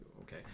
okay